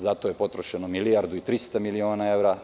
Zato je potrošeno milijardu i trista miliona evra.